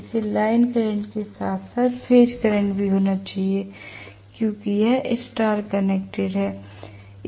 इसे line current के साथ साथ फेज करंट भी होना चाहिए क्योंकि यह स्टार कनेक्टेड है